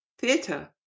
theatre